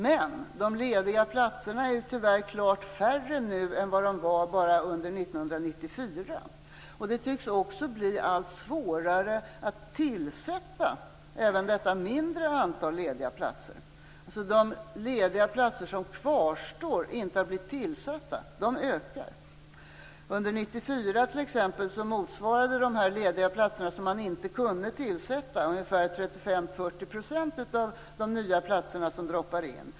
Men de lediga platserna är tyvärr klart färre nu än vad de var så sent som under 1994. Och det tycks också bli allt svårare att tillsätta även detta mindre antal lediga platser. Antalet lediga platser som kvarstår och som inte har blivit tillsatta ökar. Under t.ex. 1994 motsvarade de lediga platser som man inte kunde tillsätta 35-40 % av de nya platser som så att säga droppar in.